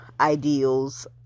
ideals